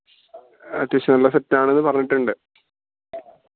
അത്യാശ്യം നല്ല സെറ്റാണ് പറഞ്ഞിട്ടുണ്ട്